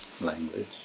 language